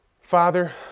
Father